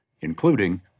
including